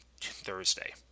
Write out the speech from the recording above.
Thursday